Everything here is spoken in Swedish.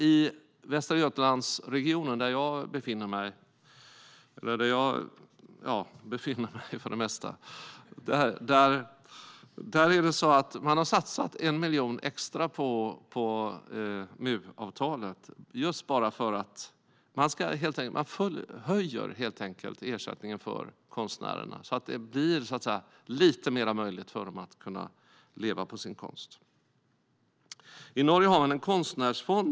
I Västra Götalandsregionen, där jag för det mesta befinner mig, har man satsat 1 miljon extra på MU-avtalet. Man höjer helt enkelt ersättningen till konstnärerna så att det blir lite mer möjligt för dem att leva på sin konst. I Norge har man en konstnärsfond.